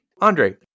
Andre